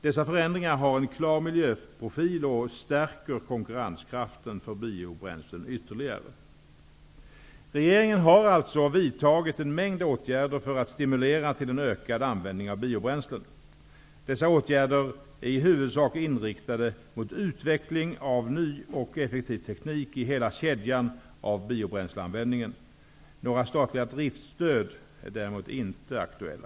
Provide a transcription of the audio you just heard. Dessa förändringar har en klar miljöprofil och stärker konkurrenskraften för biobränslen ytterligare. Regeringen har alltså vidtagit en mängd åtgärder för att stimulera till en ökad användning av biobränslen. Dessa åtgärder är i huvudsak inriktade mot utveckling av ny och effektiv teknik i hela kedjan av biobränsleanvändningen. Några statliga driftsstöd är däremot inte aktuella.